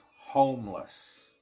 homeless